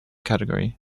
category